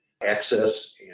access